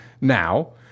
Now